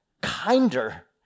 kinder